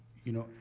you know,